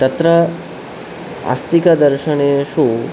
तत्र आस्तिकदर्शनेषु